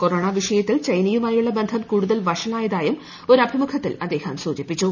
corona വിഷയത്തിൽ ചൈനയുമായുള്ള ബന്ധം കൂടുതൽ വഷളായതായും ഒരു അഭിമുഖത്തിൽ അദ്ദേഹം സൂചിപ്പിച്ചു